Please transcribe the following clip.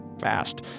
Fast